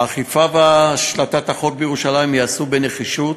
האכיפה והשלטת החוק בירושלים ייעשו בנחישות,